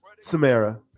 Samara